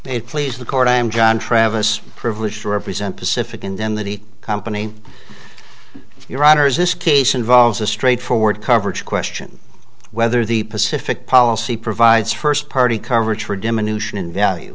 it please the court i'm john travis privileged to represent pacific and then the company your honors this case involves a straightforward coverage question whether the pacific policy provides first party coverage for diminution in value